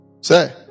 Say